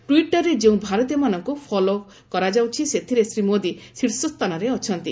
ଟ୍ୱିଟରରେ ଯେଉଁ ଭାରତୀୟମାନଙ୍କୁ ଫଲୋ କରାଯାଉଛି ସେଥିରେ ଶ୍ରୀ ମୋଦୀ ଶୀର୍ଷ ସ୍ଥାନରେ ଅଛନ୍ତି